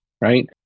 right